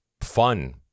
fun